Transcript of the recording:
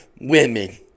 women